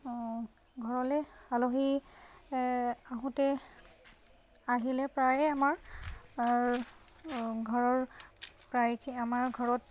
ঘৰলৈ আলহী আহোঁতে আহিলে প্ৰায়ে আমাৰ ঘৰৰ প্ৰায়খিনি আমাৰ ঘৰত